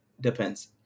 depends